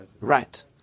right